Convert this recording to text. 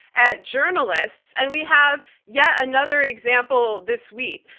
at journalists, and we have yet another example this week.